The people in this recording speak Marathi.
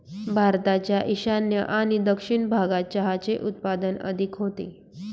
भारताच्या ईशान्य आणि दक्षिण भागात चहाचे उत्पादन अधिक होते